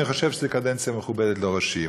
אני חושב שזאת קדנציה מכובדת לראש עיר.